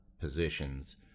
positions